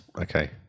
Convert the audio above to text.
Okay